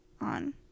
on